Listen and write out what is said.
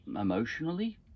emotionally